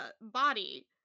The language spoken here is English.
body